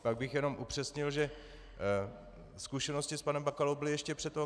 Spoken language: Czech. Pak bych jenom upřesnil, že zkušenosti s panem Bakalou byly ještě před OKD.